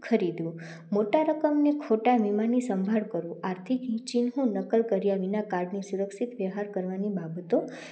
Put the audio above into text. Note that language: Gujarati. ખરીદવું મોટા રકમને ખોટા વિમાની સંભાળ કરવું આર્થિક ચિન્હોનું નકલ કર્યા વિના કાર્ડની સુરક્ષિત વ્યવહાર કરવાની બાબતો